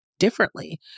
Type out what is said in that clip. Differently